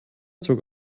zog